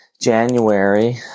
January